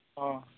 ᱚᱻ